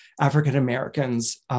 African-Americans